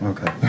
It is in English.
Okay